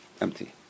empty